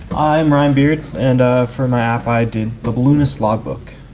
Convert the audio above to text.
i'm ryan beard and for my app i did a balloonist log book.